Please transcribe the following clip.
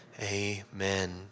amen